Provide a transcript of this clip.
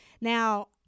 Now